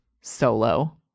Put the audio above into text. Solo